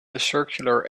circular